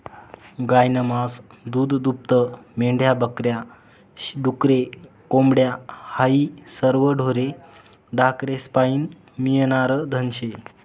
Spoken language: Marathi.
गायनं मास, दूधदूभतं, मेंढ्या बक या, डुकरे, कोंबड्या हायी सरवं ढोरे ढाकरेस्पाईन मियनारं धन शे